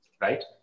right